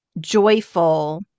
joyful